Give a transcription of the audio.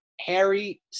Harry